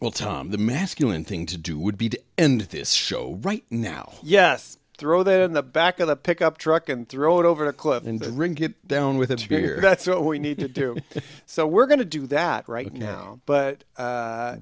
well tom the masculine thing to do would be to end this show right now yes throw them in the back of a pickup truck and throw it over the cliff in the ring get down with your that's all we need to do so we're going to do that right now but